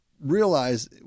realize